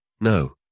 No